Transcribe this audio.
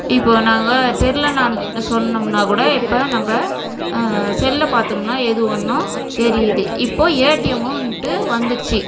இப்போ நாங்கள் தெரியலனான்னு சொன்னோம்னாகூட இப்போ நம்ப செல்ல பார்த்தோம்னா எது ஒன்றும் தெரியுது இப்போ ஏடிஎம்முன்ட்டு வந்துருச்சு